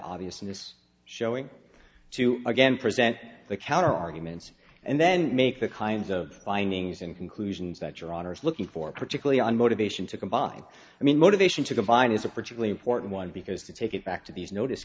obviousness showing to again present the counter arguments and then make the kinds of findings and conclusions that your honor is looking for particularly on motivation to combine i mean motivation to the vine is a particularly important one because to take it back to these notice